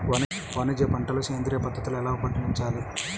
వాణిజ్య పంటలు సేంద్రియ పద్ధతిలో ఎలా పండించాలి?